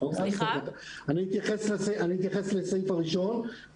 הזה --- אני אתייחס לסעיף הראשון,